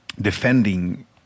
defending